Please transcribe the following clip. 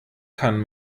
kann